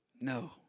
No